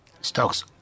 stocks